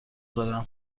دارم